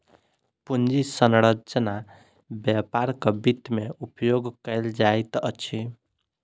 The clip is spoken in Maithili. पूंजी संरचना व्यापारक वित्त में उपयोग कयल जाइत अछि